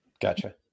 Gotcha